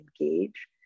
engage